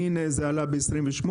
והנה זה עלה ב-28,